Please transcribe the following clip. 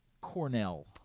Cornell